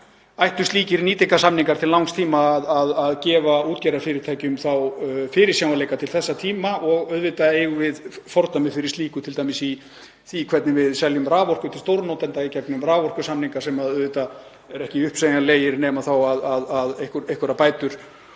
ættu slíkir nýtingarsamningar til langs tíma að gefa útgerðarfyrirtækjum fyrirsjáanleika til þess tíma. Auðvitað eru fordæmi fyrir slíku, t.d. í því hvernig við seljum raforku til stórnotenda í gegnum raforkusamninga sem eru ekki uppsegjanlegir nema einhverjar bætur